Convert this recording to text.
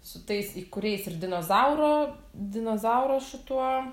su tais į kuriais ir dinozauro dinozauro šituo